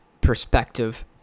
perspective